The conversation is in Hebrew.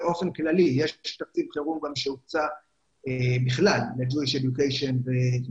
באופן כללי יש תקציב חירום שהוקצה בכלל לחינוך יהודי ותמיכה